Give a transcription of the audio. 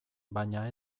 baina